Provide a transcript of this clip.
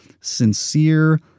sincere